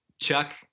chuck